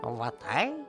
o va tai